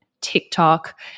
TikTok